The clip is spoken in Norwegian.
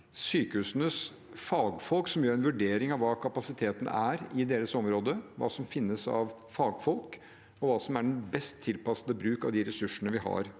sykehusenes fagfolk som gjør en vurdering av hva kapasiteten er i deres område, hva som finnes av fagfolk, og hva som er den best tilpassede bruk av de ressursene vi har